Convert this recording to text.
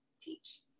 teach